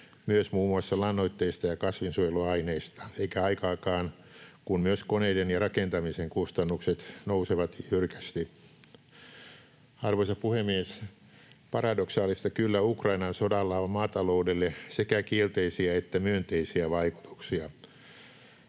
myös muun muassa lannoitteista ja kasvinsuojeluaineista, eikä aikaakaan, kun myös koneiden ja rakentamisen kustannukset nousevat jyrkästi. Arvoisa puhemies! Paradoksaalista kyllä, Ukrainan sodalla on maataloudelle sekä kielteisiä että myönteisiä vaikutuksia.